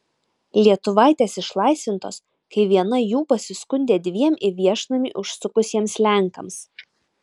lietuvaitės išlaisvintos kai viena jų pasiskundė dviem į viešnamį užsukusiems lenkams